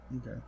Okay